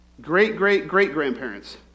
Great-great-great-grandparents